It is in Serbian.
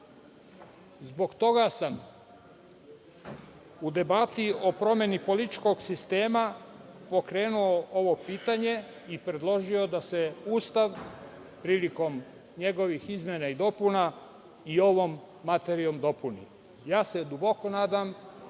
toga sam u debati o promeni političkog sistema pokrenuo ovo pitanje i predložio da se Ustav prilikom njegovih izmena i dopuna i ovom materijom dopuni. Ja se duboko nadam